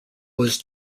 was